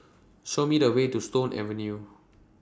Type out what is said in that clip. Show Me The Way to Stone Avenue